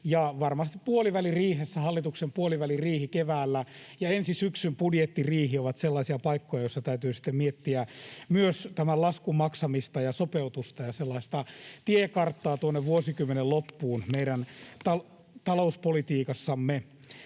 Varmasti hallituksen puoliväliriihi keväällä ja ensi syksyn budjettiriihi ovat sellaisia paikkoja, joissa täytyy sitten miettiä myös tämän laskun maksamista ja sopeutusta ja sellaista tiekarttaa tuonne vuosikymmenen loppuun meidän talouspolitiikassamme.